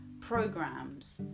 programs